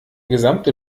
gesamte